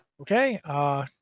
Okay